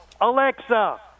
alexa